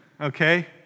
okay